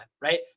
right